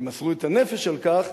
ומסרו את הנפש על כך,